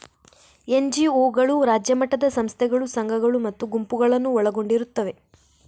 ಎನ್.ಜಿ.ಒಗಳು ರಾಜ್ಯ ಮಟ್ಟದ ಸಂಸ್ಥೆಗಳು, ಸಂಘಗಳು ಮತ್ತು ಗುಂಪುಗಳನ್ನು ಒಳಗೊಂಡಿರುತ್ತವೆ